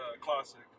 classic